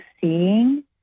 seeing